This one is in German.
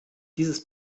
dieses